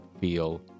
feel